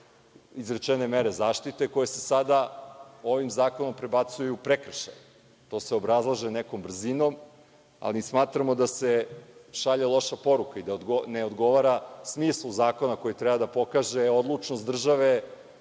izrečene mere zaštite, koja se sada ovim zakonom prebacuju u prekršaje. To se obrazlaže nekom brzinom, ali smatramo da se šalje loša poruka i da ne odgovara smislu zakona koji treba da pokaže odlučnost države